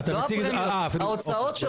לא הפרמיות, ההוצאות.